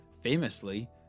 famously